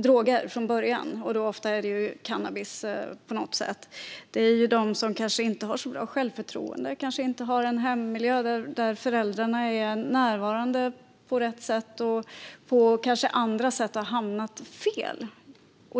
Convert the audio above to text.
droger från början, ofta cannabis. Det är de som kanske inte har så bra självförtroende, som inte har en hemmiljö där föräldrarna är närvarande på rätt sätt eller av andra anledningar har hamnat fel.